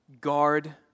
guard